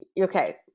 okay